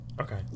Okay